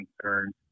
concerns